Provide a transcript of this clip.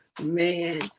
Man